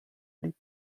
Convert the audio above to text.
blieb